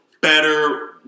better